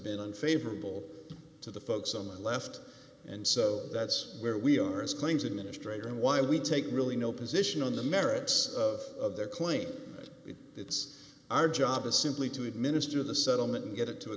been favorable to the folks on the left and so that's where we are as claims administrator and while we take really no position on the merits of their claim it's our job is simply to administer the settlement and get it to a